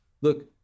look